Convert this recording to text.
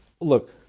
look